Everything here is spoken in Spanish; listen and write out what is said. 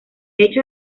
hecho